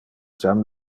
jam